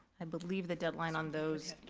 i believe the deadline on those